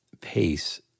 pace